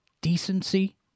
decency